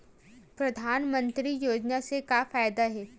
परधानमंतरी योजना से का फ़ायदा हे?